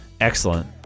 Excellent